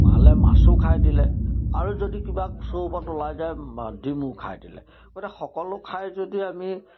পালে মাছো খাই দিলে আৰু যদি কিবা চৌপাত ওলাই যায় ডিমো খাই দিলে গতিকে সকলো খাই যদি আমি